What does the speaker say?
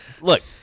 look